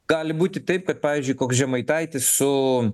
gali būti taip kad pavyzdžiui koks žemaitaitis su